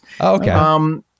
Okay